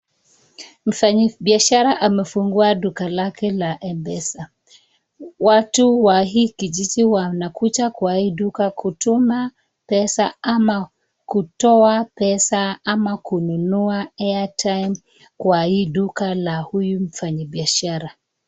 Mfanyibiashara amefungua duka lake la Mpesa. Watu wa hii kijiji wanakuja kwa hii duka kutuma pesa ama kutoa pesa ama kununua airtime kwa hii duka la huyu mfanyibiashara.